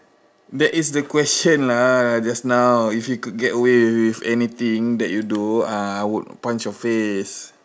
that is the question lah just now if you could get away with anything that you do ah I would punch your face